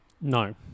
No